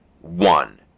one